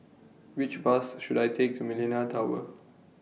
Which Bus should I Take to Millenia Tower